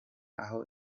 aho